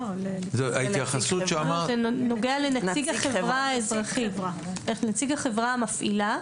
זה נוגע לנציג החברה האזרחית, נציג החברה המפעילה.